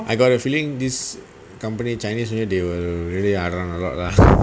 I gotta feeling this company chinese new year they will really ah I don't a lot lah